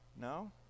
No